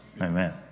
Amen